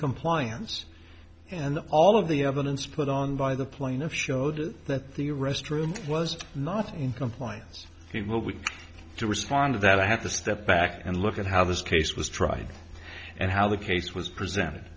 compliance and all of the evidence put on by the plaintiffs showed that the restroom was not in compliance it will be to respond that i had to step back and look at how this case was tried and how the case was presented